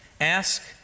Ask